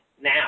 now